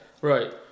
Right